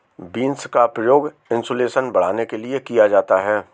beans का प्रयोग insulin बढ़ाने के लिए किया जाता है